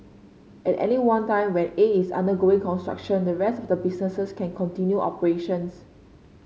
at any one time when A is undergoing construction the rest of the businesses can continue operations